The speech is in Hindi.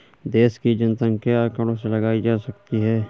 देश की जनसंख्या आंकड़ों से लगाई जा सकती है